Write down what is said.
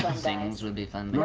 would be fun.